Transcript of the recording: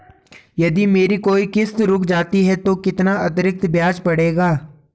यदि मेरी कोई किश्त रुक जाती है तो कितना अतरिक्त ब्याज पड़ेगा?